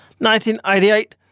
1988